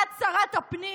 את שרת הפנים,